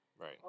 Right